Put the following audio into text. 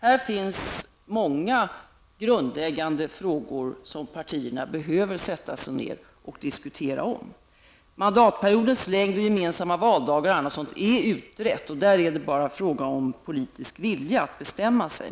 Här finns många grundläggande frågor som partierna behöver diskutera. Sådant som mandatperiodens längd, gemensamma valdagar etc. är utrett, och det är bara fråga om politisk vilja att bestämma sig.